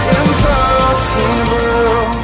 impossible